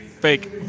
Fake